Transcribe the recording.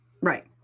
Right